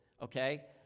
okay